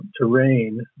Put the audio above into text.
terrain